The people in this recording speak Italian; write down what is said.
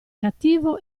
cattivo